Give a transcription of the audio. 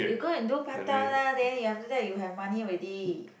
you go and do part time lah then you after that you have money already